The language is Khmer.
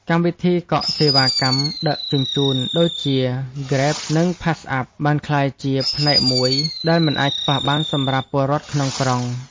កម្មវិធីកក់សេវាកម្មដឹកជញ្ជូនដូចជាហ្គ្រេបនិងផាសអាប់បានក្លាយជាផ្នែកមួយដែលមិនអាចខ្វះបានសម្រាប់ពលរដ្ឋក្នុងក្រុង។